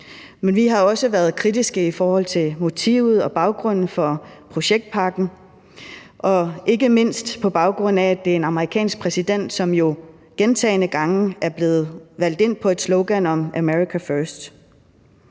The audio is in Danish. men vi har også været kritiske i forhold til motiveret og baggrunden for projektpakken, og ikke mindst på baggrund af at det er en amerikansk præsident, som jo gentagne gange er blevet valgt ind på et slogan om America first.